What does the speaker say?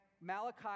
malachi